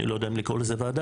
אני לא יודע אם לקרוא לזה ועדה,